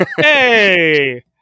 hey